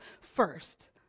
first